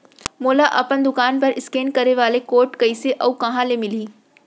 मोला अपन दुकान बर इसकेन करे वाले कोड कइसे अऊ कहाँ ले मिलही?